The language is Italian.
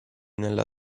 nella